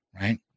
right